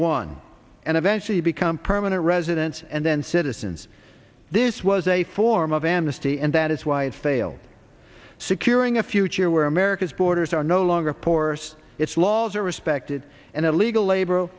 one and eventually become permanent residents and then citizens this was a form of amnesty and that is why it failed securing a future where america's borders are no longer porous its laws are respected and illegal labor